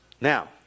Now